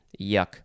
Yuck